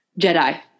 jedi